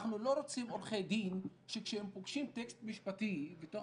אנחנו לא רוצים עורכי דין שכשהם פוגשים טקסט משפטי ותוך